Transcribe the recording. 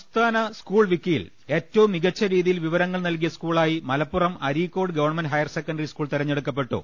സംസ്ഥാന സ്കൂൾ വിക്കിയിൽ ഏറ്റവും മികച്ച രീതിയിൽ വിവരങ്ങൾ നൽകിയ സ്കൂളായി Malappuram Areekode government higher secondary school തിരഞ്ഞെടു ക്കപ്പെട്ടു